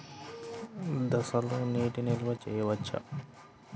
దోసలో నీటి నిల్వ చేయవచ్చా?